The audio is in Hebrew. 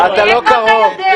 מאיפה אתה יודע?